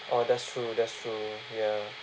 oh that's true that's true ya